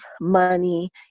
money